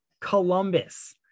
Columbus